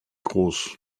groß